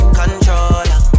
controller